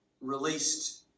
released